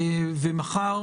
ומחר